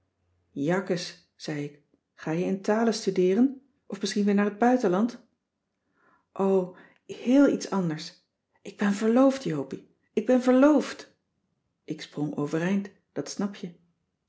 jakkes zei ik ga je in talen studeeren of misschien weer naar t buitenland o heel iets anders ik ben verloofd jopie ik ben verloofd ik sprong overeind dat snap je